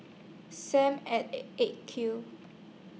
SAM At eight Q